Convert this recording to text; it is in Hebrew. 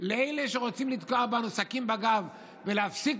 לאלה שרוצים לתקוע בנו סכין בגב להפסיק